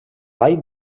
vall